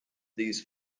these